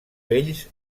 vells